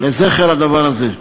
לזכר הדבר הזה.